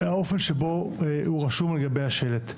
לאופן שבו הוא רשום על גבי השלט.